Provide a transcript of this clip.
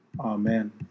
Amen